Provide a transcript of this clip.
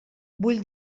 vull